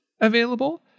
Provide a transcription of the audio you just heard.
available